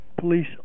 police